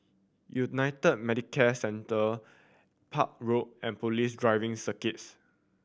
United Medicare Centre Park Road and Police Driving Circuit